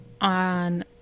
on